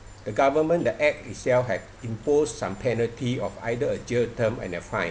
the government the act itself had impose some penalty of either a jail term and a fine